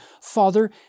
Father